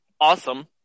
awesome